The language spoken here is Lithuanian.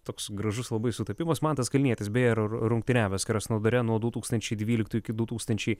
toks gražus labai sutapimas mantas kalnietis beje ir rungtyniavęs krasnodare nuo du tūkstančiai dvyliktų iki du tūkstančiai